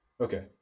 Okay